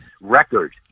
record